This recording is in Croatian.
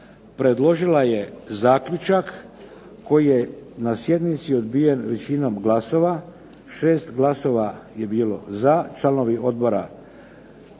predložila je zaključak koji je na sjednici odbijen većinom glasova 6 glasova je bilo za, članovi odbora